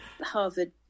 harvard